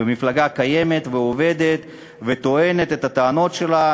והמפלגה קיימת ועובדת וטוענת את הטענות שלה.